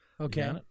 Okay